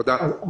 תודה.